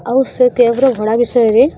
ଆଉ ସେ କ୍ୟାବ୍ର ଭଡ଼ା ବିଷୟରେ